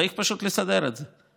צריך פשוט לסדר את זה.